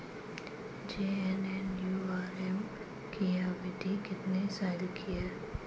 JNNURM की अवधि कितने साल की है?